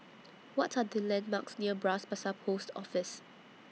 What Are The landmarks near Bras Basah Post Office